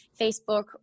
Facebook